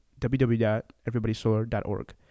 www.everybodysolar.org